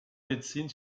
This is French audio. médecine